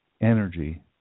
energy